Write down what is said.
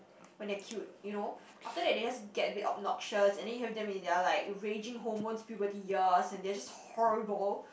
when they're cute you know after that they has get a bit obnoxious and then you have them in their like raging hormones puberty years and they are just horrible